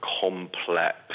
complex